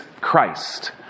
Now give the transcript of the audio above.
Christ